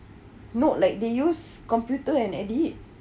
not like they use computer and edit